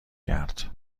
کرد